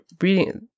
reading